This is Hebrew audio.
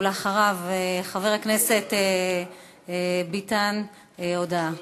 אחריה, חבר הכנסת ביטן, הודעה.